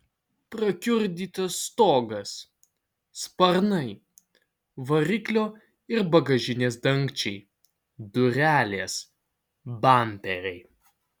prakiurdytas stogas sparnai variklio ir bagažinės dangčiai durelės bamperiai